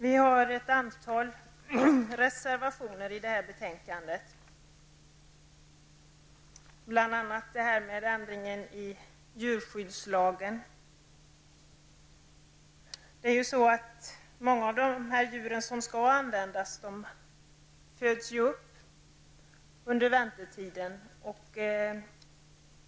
Vi har ett antal reservationer till betänkandet, bl.a. Många av de djur som skall användas föds upp under väntetiden.